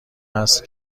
است